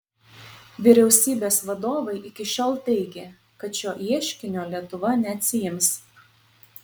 vyriausybės vadovai iki šiol teigė kad šio ieškinio lietuva neatsiims